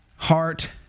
Heart